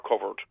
covered